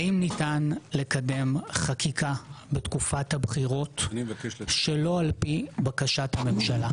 האם ניתן לקדם חקיקה בתקופת הבחירות שלא על-פי בקשת הממשלה?